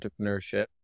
entrepreneurship